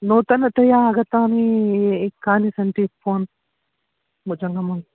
नूतनतया आगतानि कानि सन्ति फ़ोन् जङ्गमं